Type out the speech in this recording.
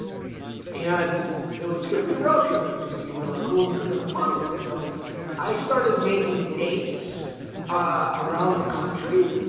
and it was going to be a road trip, and it's gonna be really cool, and they're going to fund it. so i started making dates around the country.